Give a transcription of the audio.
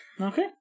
Okay